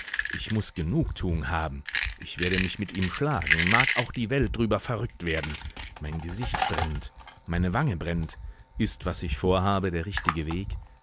ich muß genugtuung haben ich werde mich mit ihm schlagen mag auch die welt drüber verrückt werden mein gesicht brennt meine wange brennt ist was ich vorhabe der richtige weg